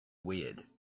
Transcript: weird